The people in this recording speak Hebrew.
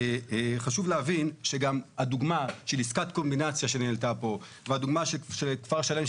חשוב להבין שגם הדוגמה של עסקת קומבינציה שעלתה פה והדוגמה של כפר שלם,